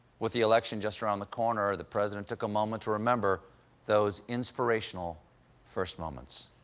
with the election just around the corner, the president took a moment to remember those inspirational first moments.